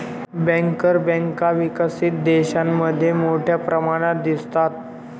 banker बँका विकसित देशांमध्ये मोठ्या प्रमाणात दिसतात